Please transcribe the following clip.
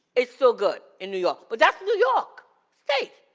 it's still good in new york. but that's new york state.